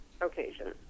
occasion